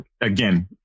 again